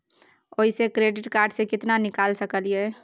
ओयसे credit card से केतना निकाल सकलियै?